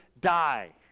die